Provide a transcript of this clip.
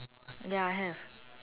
ya have